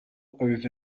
over